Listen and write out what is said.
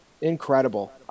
Incredible